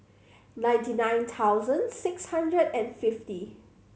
ninety nine thousand six hundred and fifty